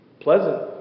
pleasant